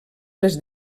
les